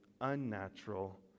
unnatural